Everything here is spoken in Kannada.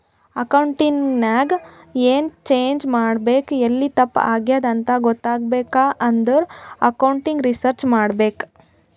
ಅಕೌಂಟಿಂಗ್ ನಾಗ್ ಎನ್ ಚೇಂಜ್ ಮಾಡ್ಬೇಕ್ ಎಲ್ಲಿ ತಪ್ಪ ಆಗ್ಯಾದ್ ಅಂತ ಗೊತ್ತಾಗ್ಬೇಕ ಅಂದುರ್ ಅಕೌಂಟಿಂಗ್ ರಿಸರ್ಚ್ ಮಾಡ್ಬೇಕ್